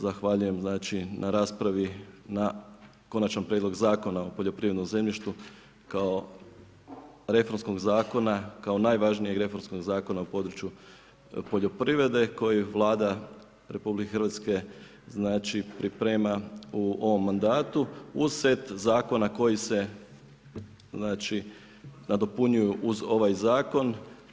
Zahvaljujem, znači na raspravi na Konačni prijedlog zakona o poljoprivrednom zemljištu kao reformskog zakona, kao najvažnijeg reformskog zakona u području poljoprivrede koji Vlada RH, znači priprema u ovom mandatu uz set zakona koji se znači nadopunjuju uz ovaj zakon.